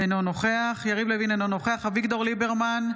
אינו נוכח יריב לוין, אינו נוכח אביגדור ליברמן,